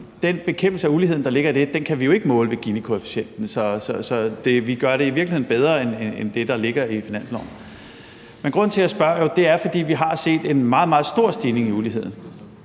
den bekæmpelse af uligheden, der ligger i det – kan vi jo ikke måle ved Ginikoefficienten. Så vi gør det i virkeligheden bedre end det, der ligger i finansloven. Men grunden til, at jeg spørger, er jo, at vi har set en meget, meget stor stigning i uligheden.